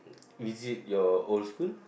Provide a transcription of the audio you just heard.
visit your old school